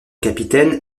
capitaine